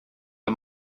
are